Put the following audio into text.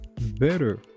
better